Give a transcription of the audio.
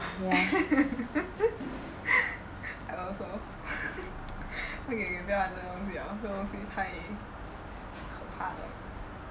I also okay 不要讲这种东西了这种东西太可怕了